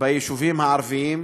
ביישובים הערביים,